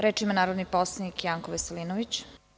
Reč ima narodni poslanik Janko Veselinović.